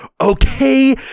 Okay